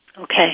Okay